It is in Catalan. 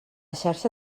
xarxa